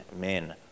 men